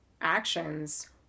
actions